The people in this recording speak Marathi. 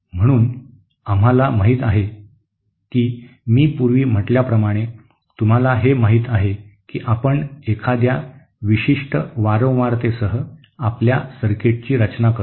म्हणून आम्हाला माहित आहे की मी पूर्वी म्हटल्याप्रमाणे तुम्हाला हे माहित आहे की आपण एखाद्या विशिष्ट वारंवारतेसह आपल्या सर्किटची रचना करतो